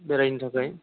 बेरायनो थाखाय